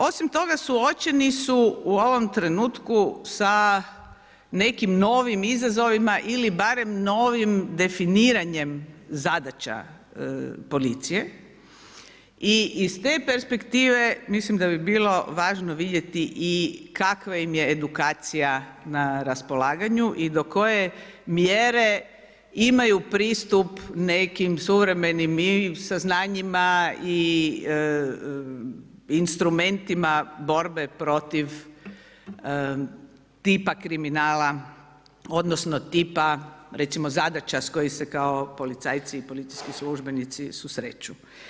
Osim toga suočeni su u ovom trenutku sa nekim novim izazovima ili barem novim definiranjem zadaća policije i iz te perspektive mislim da bi bilo važno vidjeti i kakva im je edukacija na raspolaganju i do koje mjere imaju pristup nekim suvremenim i saznanjima i instrumentima borbe protiv tipa kriminala odnosno tipa zadaća s kojih se kao policajci i policijski službenici susreću.